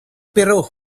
peru